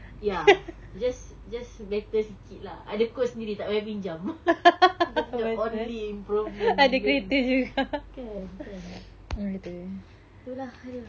ya just just better sikit lah ada coat sendiri tak payah pinjam that's the only improvement made kan kan tu lah !aduh!